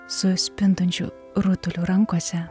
su spindinčiu rutuliu rankose